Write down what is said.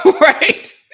right